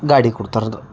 ಗಾಡಿ ಕೊಡ್ತಾರದು